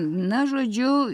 na žodžiu